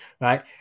right